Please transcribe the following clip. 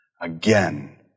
Again